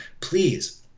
please